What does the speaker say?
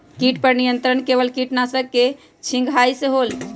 किट पर नियंत्रण केवल किटनाशक के छिंगहाई से होल?